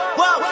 whoa